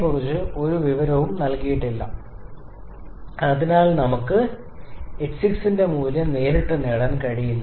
ക്കുറിച്ച് ഒരു വിവരവും നൽകിയിട്ടില്ല അതിനാൽ നമുക്ക് h6 ന്റെ മൂല്യം നേരിട്ട് നേടാൻ കഴിയില്ല